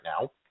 now